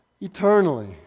Eternally